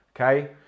Okay